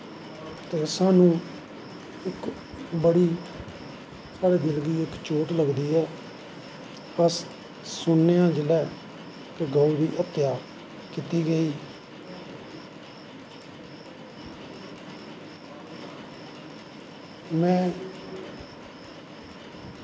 ते साह्नू इक बड़ी साढ़े दिन गी इक चोट लगदी ऐ अस सुननें आं जिसलै कि गौ दी हत्य कीती गेई में